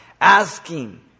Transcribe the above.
asking